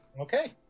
Okay